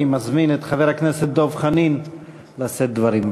אני מזמין את חבר הכנסת דב חנין לשאת דברים.